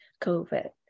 COVID